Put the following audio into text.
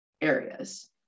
areas